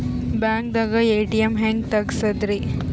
ಬ್ಯಾಂಕ್ದಾಗ ಎ.ಟಿ.ಎಂ ಹೆಂಗ್ ತಗಸದ್ರಿ?